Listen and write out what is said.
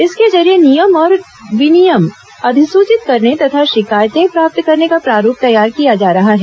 इसके जरिये नियम और विनियम अधिसूचित करने तथा शिकायतें प्राप्त करने का प्रारूप तैयार किया जा रहा है